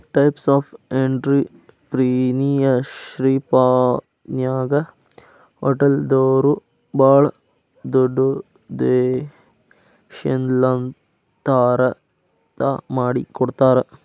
types of ಎನ್ಟ್ರಿಪ್ರಿನಿಯರ್ಶಿಪ್ನ್ಯಾಗ ಹೊಟಲ್ದೊರು ಭಾಳ್ ದೊಡುದ್ಯಂಶೇಲತಾ ಮಾಡಿಕೊಡ್ತಾರ